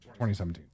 2017